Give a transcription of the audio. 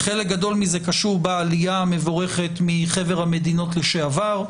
חלק גדול מזה קשור לעלייה המבורכת מחבר המדינות לשעבר,